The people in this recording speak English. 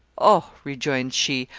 oh, rejoined she,